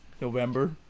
November